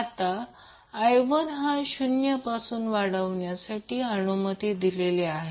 आता i1 हा 0 पासून वाढविण्यासाठी अनुमति दिलेली आहे